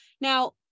Now